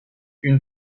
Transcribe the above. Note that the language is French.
une